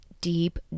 deep